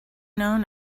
known